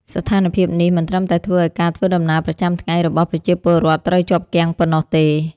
ស្ថានភាពនេះមិនត្រឹមតែធ្វើឱ្យការធ្វើដំណើរប្រចាំថ្ងៃរបស់ប្រជាពលរដ្ឋត្រូវជាប់គាំងប៉ុណ្ណោះទេ។